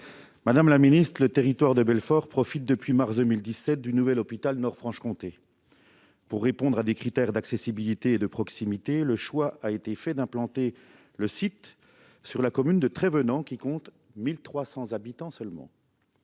de le remplacer. Le Territoire de Belfort profite depuis le mois de mars 2017 du nouvel hôpital Nord Franche-Comté. Pour répondre à des critères d'accessibilité et de proximité, le choix a été fait d'implanter le site sur la commune de Trévenans, qui compte 1 300 habitants seulement.